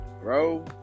bro